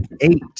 eight